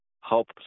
Help